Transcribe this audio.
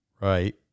Right